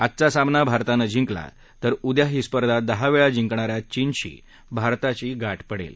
आजचा सामना भारतानं जिंकला तर उद्या ही स्पर्धा दहा वेळा जिंकणा या चीनशी भारताची गाठ पडेल